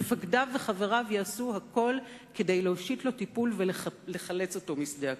מפקדיו וחבריו יעשו הכול כדי להושיט לו טיפול ולחלץ אותו משדה הקרב.